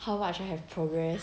how much I have progressed